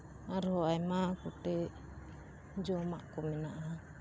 ᱟᱨᱦᱚᱸ ᱟᱭᱢᱟ ᱜᱚᱴᱮᱡ ᱡᱚᱢᱟᱜ ᱠᱚ ᱢᱮᱱᱟᱜᱼᱟ